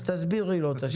תסבירי לו.